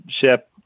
ship